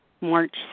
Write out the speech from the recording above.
March